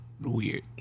weird